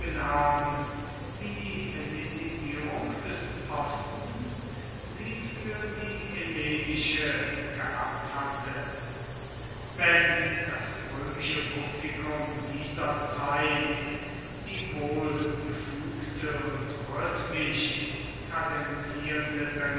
haben wie die hellenisierung des ostens sie für die hellenische gehabt hatte wenn das römische publikum dieser zeit die wohlgefügte und rhythmisch